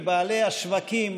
בעלי השווקים,